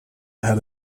had